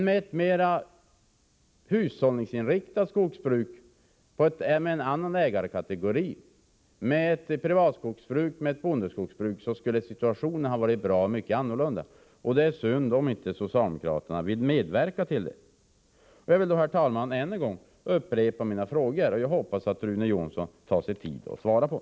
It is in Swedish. Med ett mera hushållningsinriktat skogsbruk med en annan ägarkategori, med ett privat skogsbruk eller ett bondeskogsbruk, skulle situationen vara bra mycket annorlunda. Det är synd om inte socialdemokraterna vill medverka till det. Låt mig, herr talman, än en gång upprepa mina frågor. Jag hoppas att Rune Jonsson tar sig tid att besvara dem.